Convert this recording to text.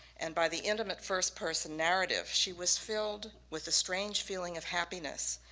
and by the intimate first-person narrative, she was filled with a strange feeling of happiness.